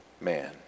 man